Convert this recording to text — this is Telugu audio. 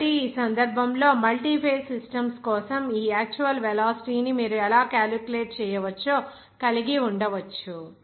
కాబట్టి ఈ సందర్భంలో మల్టీఫేస్ సిస్టమ్స్ కోసం ఈ యాక్చువల్ వెలాసిటీ ని మీరు ఎలా క్యాలిక్యులేట్ చేయవచ్చో కలిగి ఉండవచ్చు